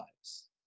lives